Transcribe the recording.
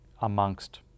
amongst